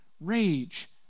rage